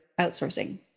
outsourcing